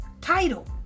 title